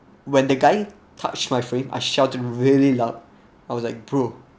when the guy touched my frame I shouted really loud I was like bro